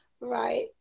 Right